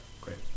Great